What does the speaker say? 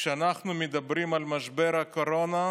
כשאנחנו מדברים על משבר הקורונה,